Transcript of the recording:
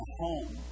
home